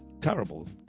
terrible